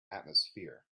atmosphere